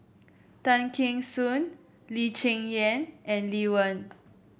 Tay Kheng Soon Lee Cheng Yan and Lee Wen